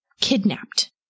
kidnapped